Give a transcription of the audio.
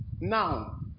Now